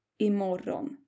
imorgon